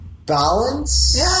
Balance